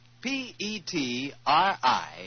P-E-T-R-I